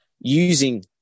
using